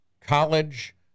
college